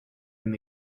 him